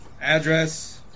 Address